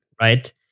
Right